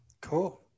cool